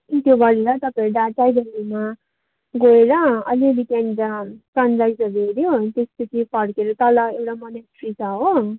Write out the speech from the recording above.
उत्यो गरेर तपाईँहरू टाइगर हिलमा गएर अलि अलि त्यहाँनेर सनराइसहरू हेर्यो त्यस पछि फर्केर तल एउटा मोनास्ट्री छ हो